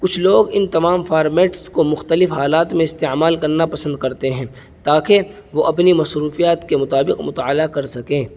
کچھ لوگ ان تمام فارمیٹس کو مختلف حالات میں استعمال کرنا پسند کرتے ہیں تاکہ وہ اپنی مصروفیات کے مطابق مطالعہ کر سکیں